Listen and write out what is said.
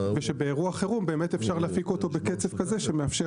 ושבאירוע חירום באמת אפשר להפיק אותו בקצב כזה שמאפשר